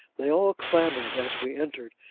they all clamoured as we entered,